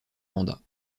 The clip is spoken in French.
mandat